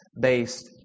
based